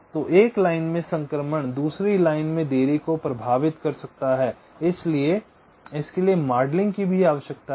तो एक लाइन में संक्रमण दूसरी लाइन में देरी को प्रभावित कर सकता है इसके लिए मॉडलिंग की भी आवश्यकता है